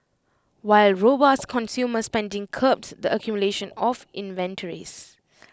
while robust consumer spending curbed the accumulation of inventories